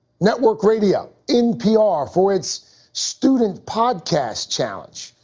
network radio npr for its student podcast challenge.